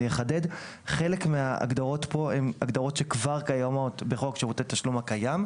אחדד: חלק מהגדרות פה הן הגדרות שכבר קיימות בחוק שירותי תשלום הקיים,